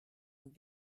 und